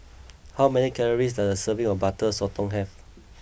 how many calories does a serving of Butter Sotong have